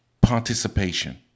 participation